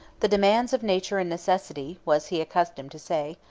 the demands of nature and necessity, was he accustomed to say,